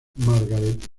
margaret